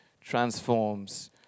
transforms